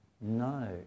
No